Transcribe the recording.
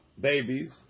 babies